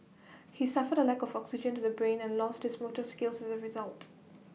he suffered A lack of oxygen to the brain and lost his motor skills as A result